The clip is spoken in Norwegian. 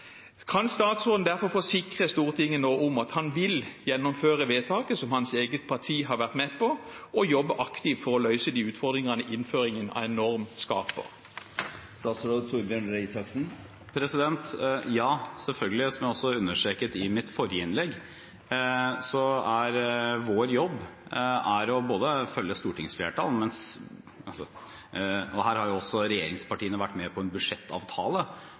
Kan statsråden derfor forsikre Stortinget at han vil gjennomføre vedtaket som hans eget parti har vært med på, og jobbe aktivt for å løse de utfordringene innføringen av norm skaper? Ja, selvfølgelig. Som jeg også understreket i mitt forrige innlegg, er vår jobb å følge Stortingets flertall. Her har også regjeringspartiene vært med på en budsjettavtale